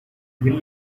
will